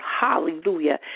Hallelujah